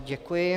Děkuji.